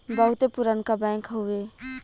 बहुते पुरनका बैंक हउए